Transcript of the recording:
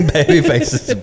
Babyface's